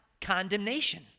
condemnation